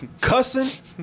cussing